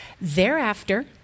Thereafter